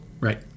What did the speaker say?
right